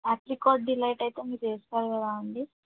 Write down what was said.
apricot delight అయితే మీరు చేస్తారు కదా అండి